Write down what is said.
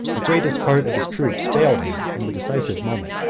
the greatest part of his troops failed him in the decisive moment.